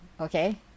okay